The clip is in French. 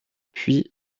puis